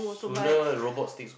sooner robot takes